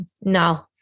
no